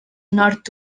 nord